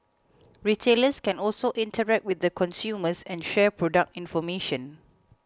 retailers can also interact with the consumers and share product information